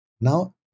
Now